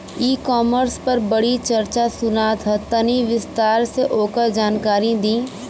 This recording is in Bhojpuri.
ई कॉमर्स क बड़ी चर्चा सुनात ह तनि विस्तार से ओकर जानकारी दी?